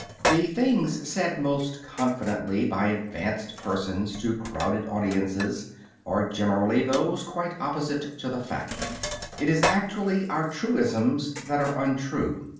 the things said most confidently by advanced persons to crowded audiences are generally those quite opposite to the fact it is actually our truisms that are untrue.